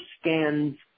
scans